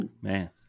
Man